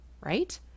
Right